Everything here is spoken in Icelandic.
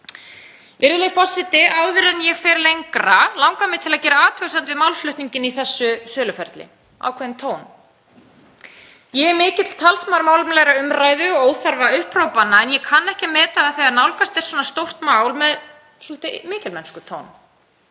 Virðulegi forseti. Áður en ég fer lengra langar mig til að gera athugasemd við málflutninginn í þessu söluferli, ákveðinn tón. Ég er mikill talsmaður málefnalegrar umræðu án óþarfa upphrópana en ég kann ekki að meta það þegar nálgast er svona stórt mál með svolitlum mikilmennskutón: